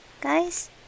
Guys